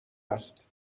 است